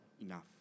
enough